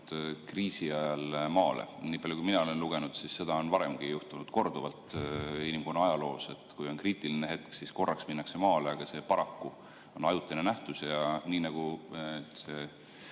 kriisi ajal maale. Nii palju kui mina olen lugenud, on seda varemgi juhtunud korduvalt inimkonna ajaloos, et kui on kriitiline hetk, siis minnakse maale. Aga paraku on see ajutine nähtus ja nii nagu